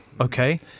Okay